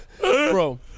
Bro